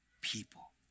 people